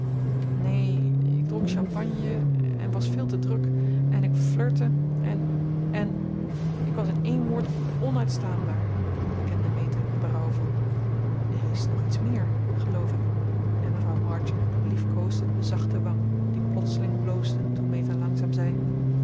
neen ik dronk champagne en was veel te druk en ik flirtte en en k was in één woord onuitstaanbaar bekende meta berouwvol er is nog iets meer geloof ik en mevrouw march liefkoosde de zachte wang die plotseling bloosde toen meta langzaam zei